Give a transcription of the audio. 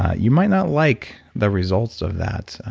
you might not like the results of that.